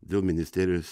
dėl ministerijos